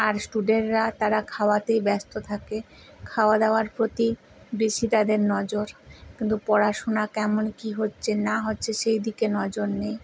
আর স্টুডেন্টরা তারা খাওয়াতেই ব্যস্ত থাকে খাওয়া দাওয়ার প্রতি বেশি তাদের নজর কিন্তু পড়াশোনা তেমন কী হচ্ছে না হচ্ছে সেইদিকে নজর নেই